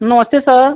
नमस्ते सर